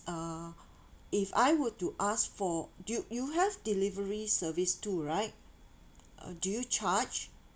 uh if I were to ask for do you you have delivery service too right uh do you charge